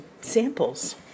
samples